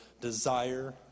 desire